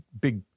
big